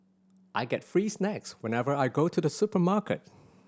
I get free snacks whenever I go to the supermarket